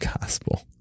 gospel